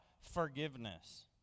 forgiveness